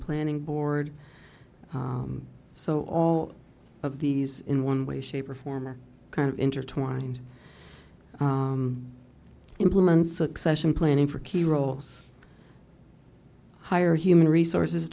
planning board so all of these in one way shape or form are kind of intertwined implements succession planning for key roles higher human resources